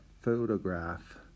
photograph